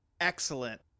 excellent